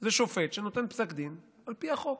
זה שופט שנותן פסק דין על פי החוק.